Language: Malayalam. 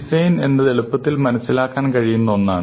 ഡിസൈൻ എന്നത് എളുപ്പത്തിൽ മനസിലാക്കാൻ കഴിയുന്ന ഒന്നാണ്